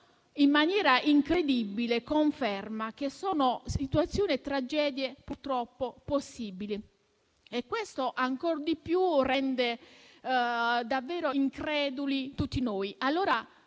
in maniera incredibile conferma che sono situazioni e tragedie purtroppo possibili. Questo ancor di più rende davvero increduli tutti noi,